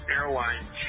Airline